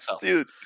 Dude